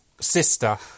sister